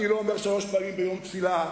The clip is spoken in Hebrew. אני לא אומר שלוש פעמים ביום תפילה,